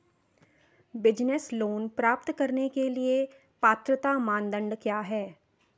Business loan प्राप्त करने के लिए पात्रता मानदंड क्या हैं?